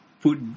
put